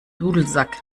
dudelsack